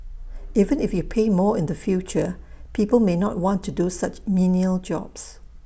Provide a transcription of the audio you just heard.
even if you pay more in the future people may not want to do such menial jobs